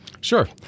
Sure